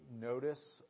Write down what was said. notice